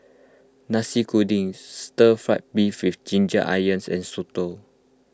Nasi Kuning Stir Fried Beef with Ginger Onions and Soto